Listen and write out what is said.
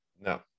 No